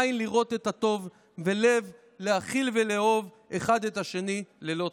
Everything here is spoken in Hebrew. עין לראות את הטוב ולב להכיל ולאהוב אחד את השני ללא תנאי.